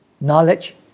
knowledge